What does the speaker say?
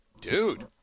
Dude